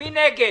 מי נגד?